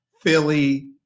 Philly